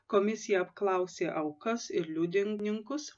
komisija apklausė aukas ir liudininkus